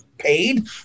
paid